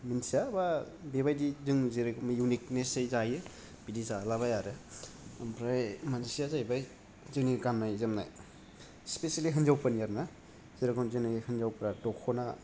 मिनथिया बा बे बायदि जों जेरै इउनिकनेसै जायो बिदि जाला बाया आरो आमफ्राय मोनसेया जाहैबाय जोंनि गाननाय जोमनाय स्फिसिलि हिनजावफोरनि आरोना जेरेखम जोंनि हिनजावफ्रा दखना